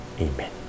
Amen